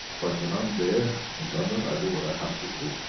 but when i'm there in london, i do what i have to do.